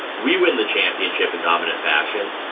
we win the championship in dominant fashion.